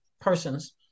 persons